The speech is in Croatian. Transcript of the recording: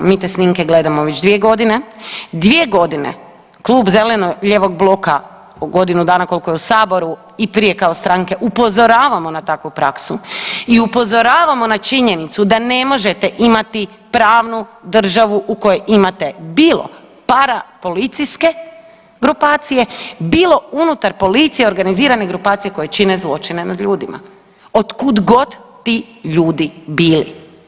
Mi te snimke gledamo već 2.g., 2.g. Klub zeleno-lijevog bloka, godinu dana koliko je u saboru i prije kao stranke upozoravamo na takvu praksu i upozoravamo na činjenicu da ne možete imati pravnu državu u kojoj imate bilo parapolicijske grupacije, bilo unutar policije organizirane grupacije koje čine zločine nad ljudima otkud god ti ljudi bili.